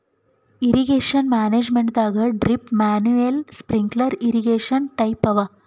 irrigation ಮ್ಯಾನೇಜ್ಮೆಂಟದಾಗ್ drip manual sprinkler irrigation type ಅವ